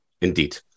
Indeed